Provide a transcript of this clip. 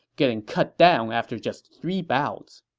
getting cut down after just three bouts.